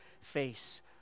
face